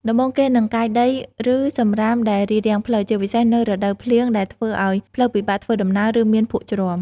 ដំបូងគេនឹងកាយដី ឬសំរាមដែលរារាំងផ្លូវ ជាពិសេសនៅរដូវភ្លៀងដែលធ្វើឲ្យផ្លូវពិបាកធ្វើដំណើរ ឬមានភក់ជ្រាំ។